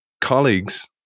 colleagues